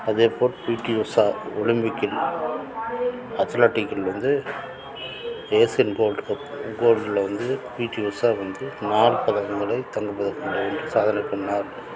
அதேபோல் பீடி உஷா ஒலிம்பிக்கில் அத்லட்டிக்கில் வந்து ஏசியன் கோல்ட் கப் கோல்ட்லேருந்து பீடி உஷா வந்து நாலு பதக்கங்களை தங்க பதக்கங்களை வென்று சாதனை பண்ணிணார்